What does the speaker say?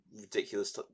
Ridiculous